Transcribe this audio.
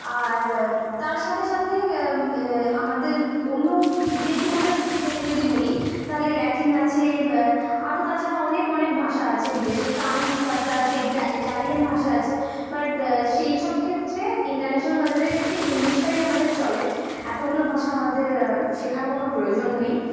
আর তার সাথে সাথে আমাদের অন্য বিদেশি ভাষার ক্ষেত্রে যদি বলি তাহলে ল্যাটিন আছে আরও তাছাড়া অনেক অনেক ভাষা আছে বিদেশে ফ্রান্স ভাষা আছে ইটালিয়ান ভাষা আছে বাট সেই সব ক্ষেত্রে ইন্টারন্যাশানাল বাজারের ক্ষেত্রে ইংলিশটাই আমাদের চলে এতোগুলো ভাষা আমাদের শেখার কোনো প্রয়োজন নেই